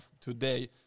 today